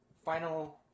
Final